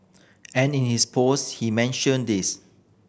and in his post he mentioned this